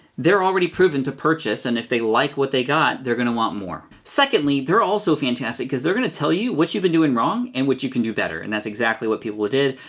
they're already proven to purchase and if they like what they got, they're gonna want more. secondly, they're also fantastic, cause they're gonna tell you what you've been doing wrong and what you can do better, and that's exactly what people did.